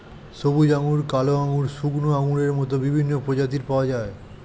সবুজ আঙ্গুর, কালো আঙ্গুর, শুকনো আঙ্গুরের মত বিভিন্ন প্রজাতির পাওয়া যায়